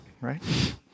right